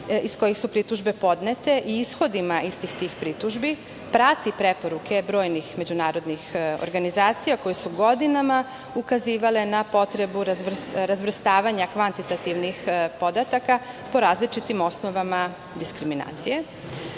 iz kojih su pritužbe podnete i ishodima istih tih pritužbi, prati preporuke brojnih međunarodnih organizacija koje su godinama ukazivale na potrebu razvrstavanja kvantitativnih podataka po različitim osnovama diskriminacije.U